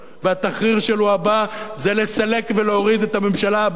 והתחריר שלו הבא זה לסלק ולהוריד את הממשלה הבאה,